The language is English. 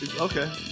Okay